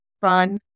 fun